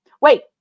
Wait